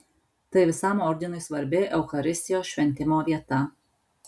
tai visam ordinui svarbi eucharistijos šventimo vieta